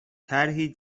طرحی